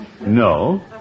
No